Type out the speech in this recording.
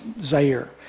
Zaire